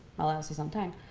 malalas's own time,